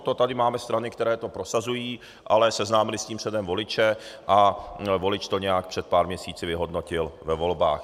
To tady máme strany, které to prosazují, ale seznámily s tím předem voliče a volič to nějak před pár měsíci vyhodnotil ve volbách.